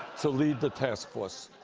to lead the task force.